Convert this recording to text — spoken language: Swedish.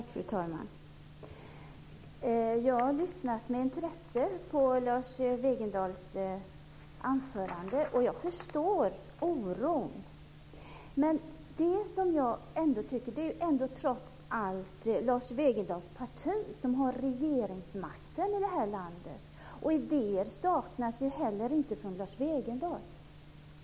Fru talman! Jag har lyssnat med intresse på Lars Wegendals anförande, och jag förstår oron. Men det är trots allt Lars Wegendals parti som har regeringsmakten i det här landet. Idéer saknas heller inte från Lars Wegendal.